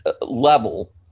level